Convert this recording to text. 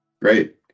Great